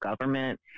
government